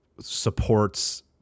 supports